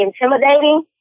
intimidating